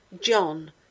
John